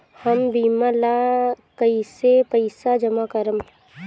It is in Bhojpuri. हम बीमा ला कईसे पईसा जमा करम?